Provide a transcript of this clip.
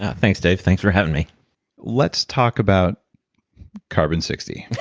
ah thanks dave. thanks for having me let's talk about carbon sixty.